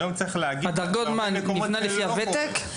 היום צריך להגיד --- הדרגות ניתנות לפי הוותק?